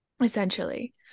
essentially